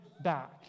back